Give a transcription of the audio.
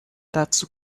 dazu